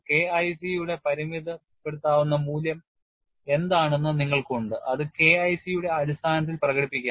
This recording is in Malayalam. K IC യുടെ പരിമിതപ്പെടുത്താവുന്ന മൂല്യം എന്താണെന്നും നിങ്ങൾക്ക് ഉണ്ട് അത് K IC യുടെ അടിസ്ഥാനത്തിൽ പ്രകടിപ്പിക്കാം